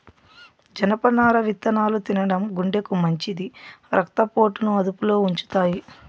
జనపనార విత్తనాలు తినడం గుండెకు మంచిది, రక్త పోటును అదుపులో ఉంచుతాయి